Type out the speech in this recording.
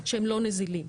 שהם לא נזילים,